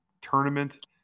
tournament